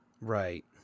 right